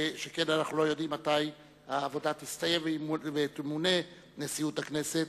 שכן אנחנו לא יודעים מתי העבודה תסתיים ותמונה נשיאות הכנסת.